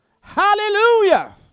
Hallelujah